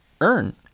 earn